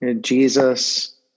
Jesus